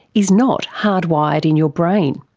is not hard wired in your brain.